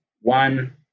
One